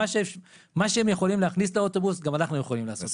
מה שהם יכולים להכניס לאוטובוס גם אנחנו יכולים לעשות את זה.